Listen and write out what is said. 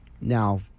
now